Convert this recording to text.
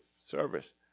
service